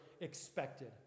expected